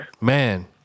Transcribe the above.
Man